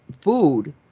food